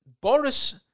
Boris